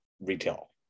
retail